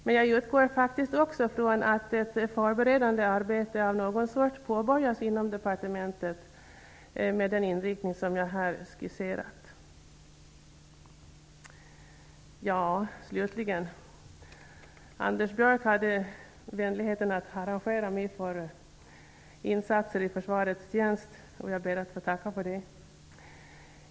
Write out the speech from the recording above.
Men jag utgår från att ett förberedande arbete av något slag påbörjas inom departementet med den inriktning som jag här skisserat. Anders Björck hade vänligheten att harangera mig för insatser i försvarets tjänst. Jag ber att få tacka för det.